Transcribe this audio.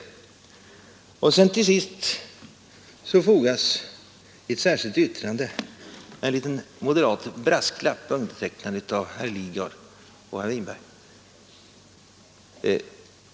Slutligen har det till utskottets betänkande fogats ett särskilt yttrande med en moderat brasklapp, undertecknad av herrar Lidgard och Winberg.